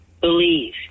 believe